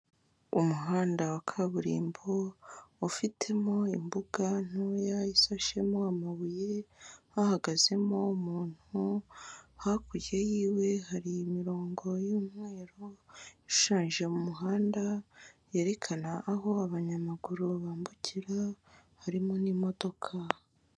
Umuhanda wa kaburimbo ufitemo imbuga ntoya isashemo amabuye, hahagazemo umuntu hakurya y'iwe hari imirongo y'umweru ishaje mu muhanda yerekana aho abanyamaguru bambukira, harimo n'imodoka.